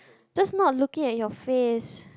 just not looking at your face